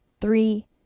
Three